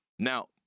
Now